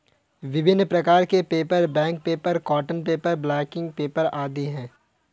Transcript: विभिन्न प्रकार के paper, bank paper, cotton paper, blotting paper आदि हैं